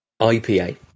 IPA